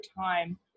time